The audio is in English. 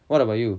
what about you